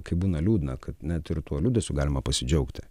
kai būna liūdna kad net ir tuo liūdesiu galima pasidžiaugti